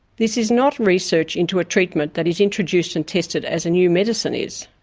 this is not research into a treatment that is introduced and tested as a new medication is.